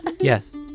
Yes